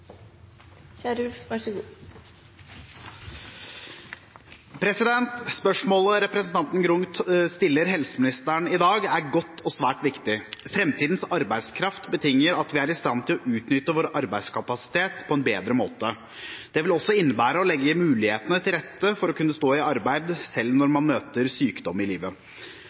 godt og svært viktig. Framtidens arbeidskraft betinger at vi er i stand til å utnytte vår arbeidskapasitet på en bedre måte. Det vil også innebære at vi legger mulighetene til rette for å kunne stå i arbeid selv når man møter sykdom i livet.